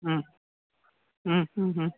ആ മ് മ് മ്